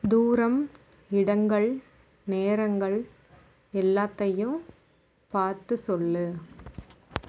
தூரம் இடங்கள் நேரங்கள் எல்லாத்தையும் பார்த்துச் சொல்